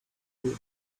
you